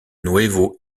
nuevo